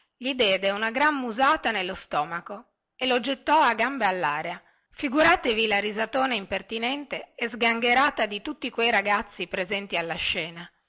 gli dette una gran musata nello stomaco e lo gettò a gambe allaria figuratevi la risatona impertinente e sgangherata di tutti quei ragazzi presenti alla scena